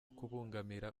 kubangamira